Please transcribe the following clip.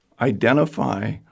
identify